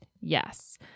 Yes